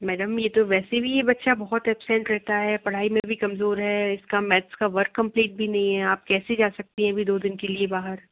madam ये तो वैसे भी बच्चा बहोत करता हैं पढ़ाई में भी कमज़ोर है इसका मैथ्स का वर्क कम्पलीट भी नहीं है आप कैसे जा सकती हैं दो दिन के लिए बाहर